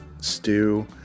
stew